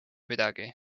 midagi